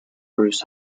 bruce